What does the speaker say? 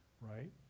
right